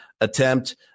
attempt